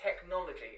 technology